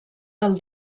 del